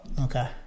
okay